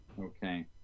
Okay